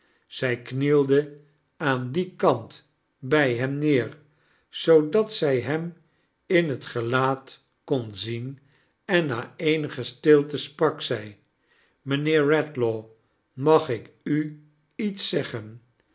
zij knielde aan dien kant bij hem neer zoodat zij hem in het gelaat kon zieh en na eenige stilte sprak zij mijnheer redlaw mag ik u iets zeggent